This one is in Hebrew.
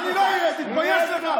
תתבייש לך.